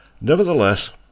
Nevertheless